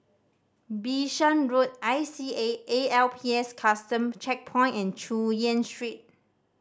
Bishan Road I C A A L P S Custom Checkpoint and Chu Yen Street